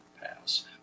pass